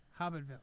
Hobbitville